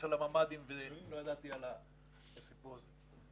אל הממ"דים ולא ידעתי על הסיפור הזה.